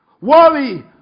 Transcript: Worry